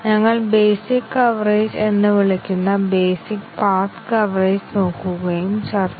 അതിനാൽ ഞങ്ങൾ ഇവ 1 2 3 4 എന്ന് അക്കമിട്ടു കൺട്രോൾ 1 ഇൽ നിന്ന് 2 2 ഇൽ നിന്ന് 3 വരെ വരാം